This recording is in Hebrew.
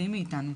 מפחדים מאיתנו.